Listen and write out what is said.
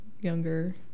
younger